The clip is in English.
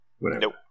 Nope